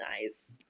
nice